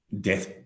death